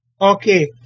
Okay